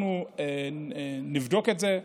אנחנו נבדוק את זה,